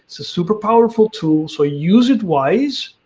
super powerful tool, so use it wise.